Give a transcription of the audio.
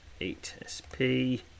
8SP